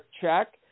check